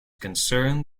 concern